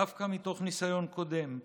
דווקא מתוך ניסיון קודם,